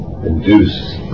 Induce